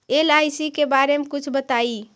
LIC के बारे मे कुछ बताई?